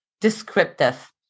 descriptive